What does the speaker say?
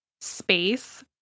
space